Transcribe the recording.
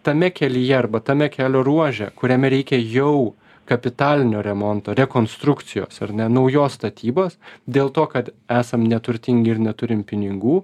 tame kelyje arba tame kelio ruože kuriame reikia jau kapitalinio remonto rekonstrukcijos ar ne naujos statybos dėl to kad esam neturtingi ir neturim pinigų